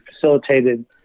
facilitated